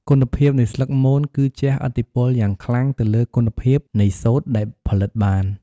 គុណភាពនៃស្លឹកមនគឺជះឥទ្ធិពលយ៉ាងខ្លាំងទៅលើគុណភាពនៃសូត្រដែលផលិតបាន។